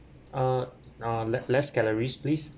ah ah less less calories please